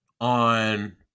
on